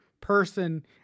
person